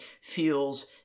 feels